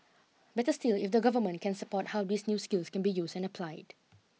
better still if the government can support how these new skills can be used and applied